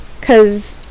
cause